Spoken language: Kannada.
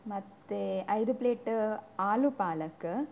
ಮತ್ತು ಐದು ಪ್ಲೇಟ ಆಲು ಪಾಲಕ್